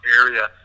area